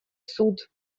суд